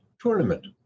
tournament